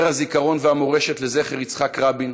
נר הזיכרון והמורשת לזכרו של יצחק רבין,